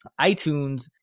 iTunes